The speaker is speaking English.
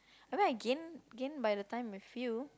I mean I gain gain by the time with you